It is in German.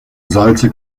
salze